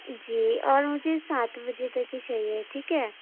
جی اور مجھے سات بجے تک ہی چاہیے ٹھیک ہے